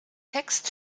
text